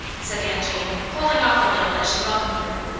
said aunt jane, holding off a little as she welcomed her.